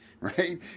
right